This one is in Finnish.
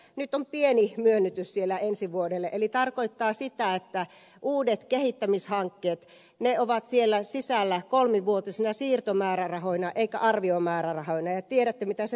nyt on pieni myönnytys siellä ensi vuodelle eli se tarkoittaa sitä että uudet kehittämishankkeet ovat siellä sisällä kolmivuotisina siirtomäärärahoina eivätkä arviomäärärahoina ja tiedätte mitä se tarkoittaa